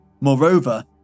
moreover